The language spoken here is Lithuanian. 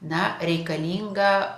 na reikalinga